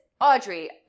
Audrey